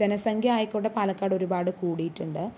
ജനസംഖ്യ ആയിക്കോട്ടെ പാലക്കാട് ഒരുപാട് കൂടിയിട്ടുണ്ട്